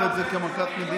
אני מגדיר את זה מכת מדינה.